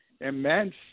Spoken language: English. immense